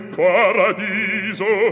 paradiso